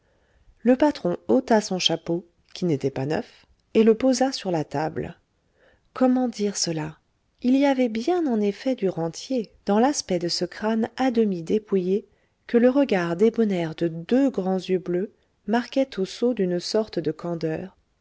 le patron ôta son chapeau qui n'était pas neuf et le posa sur la table comment dire cela il y avait bien en effet du rentier dans l'aspect de ce crâne à demi dépouillé que le regard débonnaire de deux grands yeux bleus marquait au sceau d'une sorte de candeur